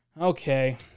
okay